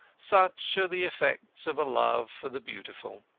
such are the effects of a love for the beautiful.